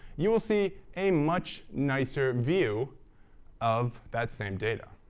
you will see a much nicer view of that same data.